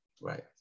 Right